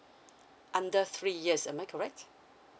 under three years am I correct